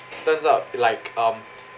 turns out like um